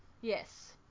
Yes